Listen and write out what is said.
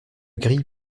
grille